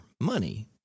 money